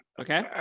Okay